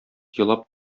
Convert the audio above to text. елап